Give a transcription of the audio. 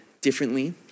differently